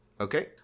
Okay